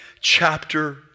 chapter